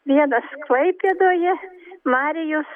vienas klaipėdoje marijus